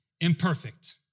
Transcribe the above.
imperfect